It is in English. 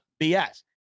BS